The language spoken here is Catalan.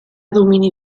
domini